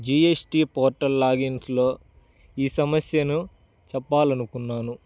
G S T portal లాగిన్స్లో ఈ సమస్యను చెప్పాలి అనుకున్నాను